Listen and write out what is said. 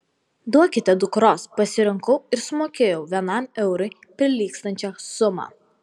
duokite dukros pasirinkau ir sumokėjau vienam eurui prilygstančią sumą